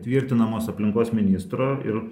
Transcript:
tvirtinamos aplinkos ministro ir